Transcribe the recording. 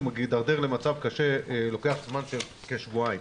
מדרדר למצב קשה לוקח פרק זמן של כשבועיים.